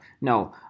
No